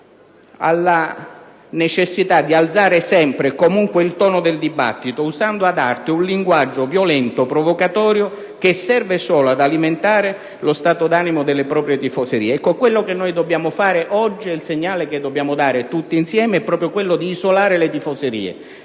alla necessità di alzare sempre e comunque il tono del dibattito usando ad arte un linguaggio violento, provocatorio, che serve solo ad alimentare lo stato d'animo delle proprie tifoserie. Ecco, quello che noi dobbiamo fare oggi, il segnale che dobbiamo dare tutti insieme è proprio quello di isolare le tifoserie,